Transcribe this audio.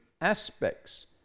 aspects